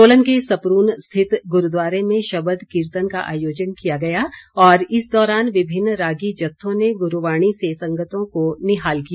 सोलन के सपरून स्थित गुरूद्वारे में शबद कीर्तन का आयोजन किया गया और इस दौरान विभिन्न रागी जत्थों ने गुरूवाणी से संगतों को निहाल किया